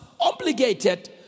obligated